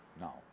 now